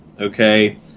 Okay